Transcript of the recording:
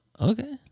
Okay